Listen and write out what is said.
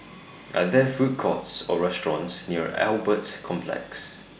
Are There Food Courts Or restaurants near Albert Complex